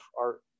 art